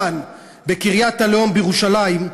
כאן בקריית-הלאום בירושלים,